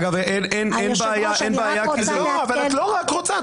אני רק רוצה לעדכן --- את לא רק רוצה,